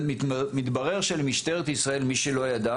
מתברר שלמשטרת ישראל מי שלא ידע